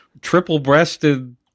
triple-breasted